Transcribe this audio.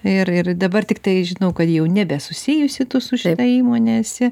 ir ir dabar tiktai žinau kad jau nebesusijusi tu su šita įmone esi